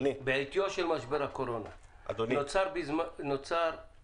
בעטיו של משבר הקורונה נוצר מחסור